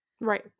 Right